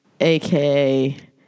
aka